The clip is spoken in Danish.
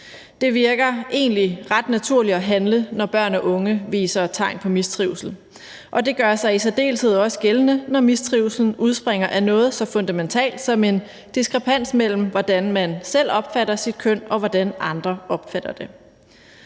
Det virker egentlig ret naturligt at handle, når børn og unge viser tegn på mistrivsel, og det gør sig i særdeleshed også gældende, når mistrivslen udspringer af noget så fundamentalt som en diskrepans mellem, hvordan man selv opfatter sit køn, og hvordan andre opfatter det.